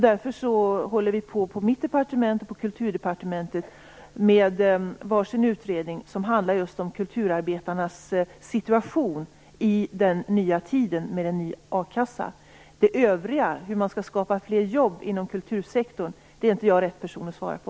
Därför håller vi på i mitt departement och i Kulturdepartement med var sin utredning som just handlar om kulturarbetarnas situation i den nya tiden med en ny akassa. Hur man skall skapa fler jobb inom kultursektorn är jag inte rätt person att svara på.